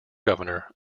governor